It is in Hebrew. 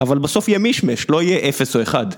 אבל בסוף יהיה מישמש, לא יהיה אפס או אחד